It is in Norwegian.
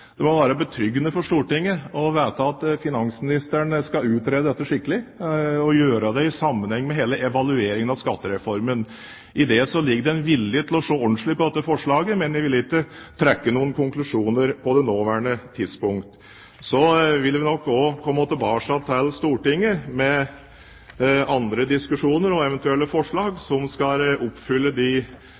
det må være betryggende for Stortinget å vite at finansministeren skal utrede dette skikkelig og gjøre det i sammenheng med evalueringen av hele skattereformen. I det ligger det en vilje til å se ordentlig på dette forslaget, men jeg vil ikke trekke noen konklusjoner på det nåværende tidspunkt. Så vil jeg også komme tilbake til Stortinget i forbindelse med andre diskusjoner og eventuelle forslag som skal oppfylle de